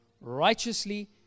righteously